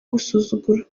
gusuzugura